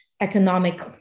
economic